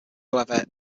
however